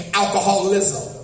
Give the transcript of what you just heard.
alcoholism